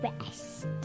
rest